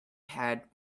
had